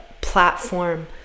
platform